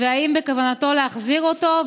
האם בכוונתו להחזיר אותו?